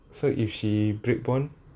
so if she break bond